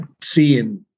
seeing